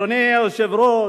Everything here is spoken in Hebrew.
אדוני היושב-ראש,